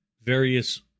various